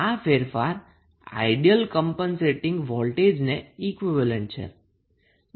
અને આ ફેરફાર આઈડીયલ કમ્પનસેટીંગ વોલ્ટજને ઈક્વીવેલેન્ટ છે